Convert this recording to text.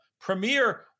premier